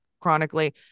chronically